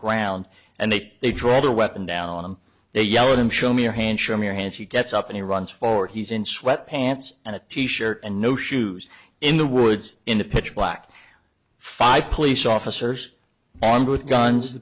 ground and they they draw their weapon down on him they yell at him show me your hand show me your hands he gets up and he runs for he's in sweatpants and a t shirt and no shoes in the woods in a pitch black five police officers bond with guns